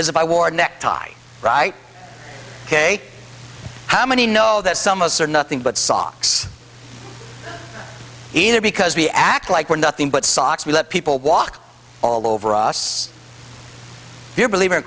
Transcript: as if i wore a necktie right ok how many know that some of us are nothing but socks either because we act like we're nothing but socks we let people walk all over us you believe in